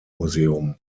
museum